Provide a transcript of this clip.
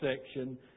section